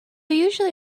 usually